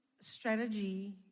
strategy